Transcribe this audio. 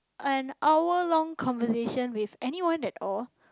an hour long conversation with anyone at all